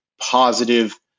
positive